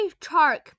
Chark